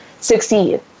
succeed